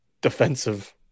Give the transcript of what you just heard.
defensive